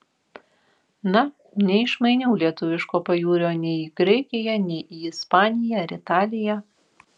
na neišmainiau lietuviško pajūrio nei į graikiją nei į ispaniją ar italiją